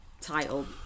title